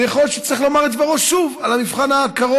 ויכול להיות שהוא צריך לומר את דברו שוב על המבחן הקרוב.